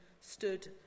stood